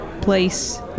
place